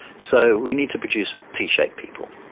so we need to produce t-shaped people.